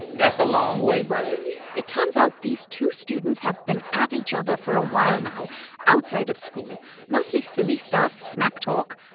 that's a long way, brother it turns out these two students have been at each other for a while now outside of school mostly silly stuff, smack talk.